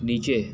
नीचे